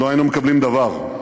לא היינו מקבלים דבר.